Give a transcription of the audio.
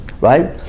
right